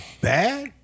bad